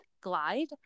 glide